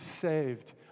saved